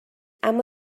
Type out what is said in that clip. اما